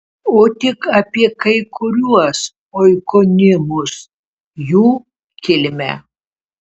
o tik apie kai kuriuos oikonimus jų kilmę